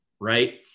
Right